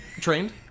trained